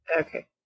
Okay